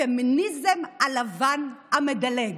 הפמיניזם הלבן המדלג.